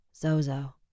Zozo